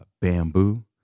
bamboo